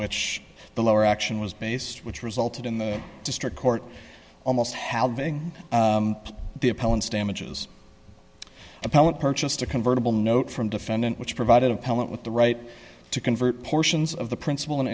which the lower action was based which resulted in the district court almost having the appellant's damages appellant purchased a convertible note from defendant which provided appellant with the right to convert portions of the principal and